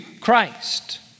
Christ